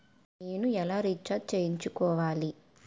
నేను ఎలా రీఛార్జ్ చేయించుకోవాలి?